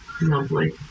lovely